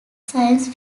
science